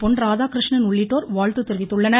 பொன் ராதாகிருஷ்ணன் உள்ளிட்டோர் வாழ்த்து தெரிவித்துள்ளனர்